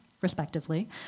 respectively